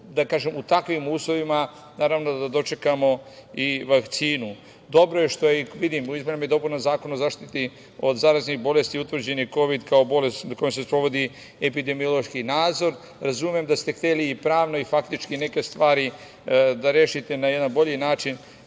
čekati u takvim uslovima, naravno da dočekamo i vakcinu. Dobro je što vidim u izmenama i dopunama Zakona o zaštiti od zaraznih bolesti utvrđen je Kovid, kao bolest koja se sprovodi epidemiološki nadzor. Razumem da ste hteli i pravno i faktički neke stvari da rešite na jedan bolji način